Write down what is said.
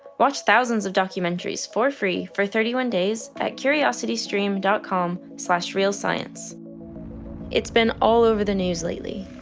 watch thousands of documentaries for free for thirty one days at curiositystream dot com slash realscience it's been all over the news lately.